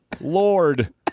Lord